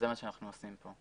זה מה שאנחנו עושים כאן.